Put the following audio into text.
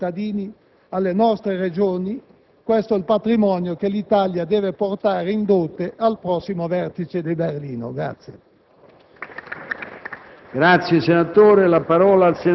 siano le garanzie che dobbiamo dare ai nostri cittadini, alle nostre Regioni, questo è il patrimonio che l'Italia deve portare in dote al prossimo Vertice di Berlino.